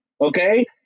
okay